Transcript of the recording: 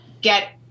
get